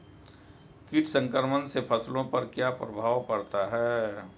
कीट संक्रमण से फसलों पर क्या प्रभाव पड़ता है?